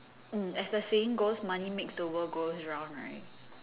mm as the saying goes money makes the world goes round right